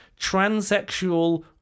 transsexual